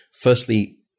firstly